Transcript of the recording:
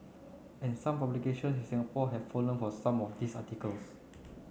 and some publications in Singapore have fallen for some of these articles